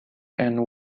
and